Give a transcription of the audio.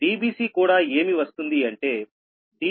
Dbc కూడా ఏమి వస్తుంది అంటే ½